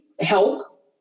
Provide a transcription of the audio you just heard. help